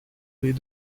les